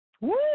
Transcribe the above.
Woo